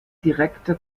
direkte